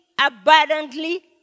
abundantly